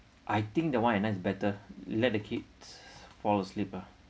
I think the one at night is better let the kids fall asleep ah